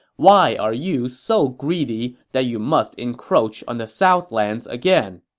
why are you so greedy that you must encroach on the southlands again?